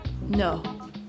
no